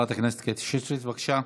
חברת הכנסת קטי שטרית, בבקשה.